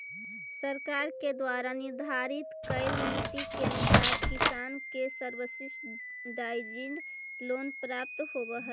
सरकार के द्वारा निर्धारित कैल नीति के अनुसार किसान के सब्सिडाइज्ड लोन प्राप्त होवऽ हइ